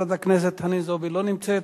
חברת הכנסת חנין זועבי, לא נמצאת.